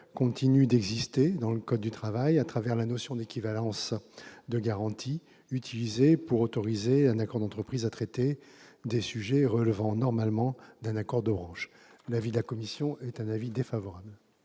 continue d'exister dans le code du travail à travers la notion d'équivalence de garanties, utilisée pour autoriser un accord d'entreprise à traiter de sujets relevant normalement d'un accord de branche. L'avis de la commission est défavorable.